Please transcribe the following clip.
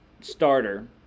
starter